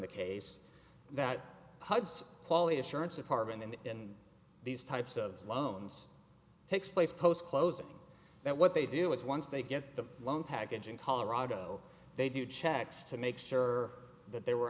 the case that hudson quality assurance apartment and in these types of loans takes place post closing that what they do is once they get the loan package in colorado they do checks to make sure that there were